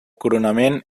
coronament